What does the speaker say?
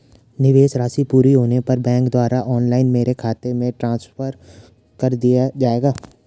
निवेश राशि पूरी होने पर बैंक द्वारा ऑनलाइन मेरे खाते में ट्रांसफर कर दिया जाएगा?